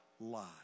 lie